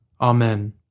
Amen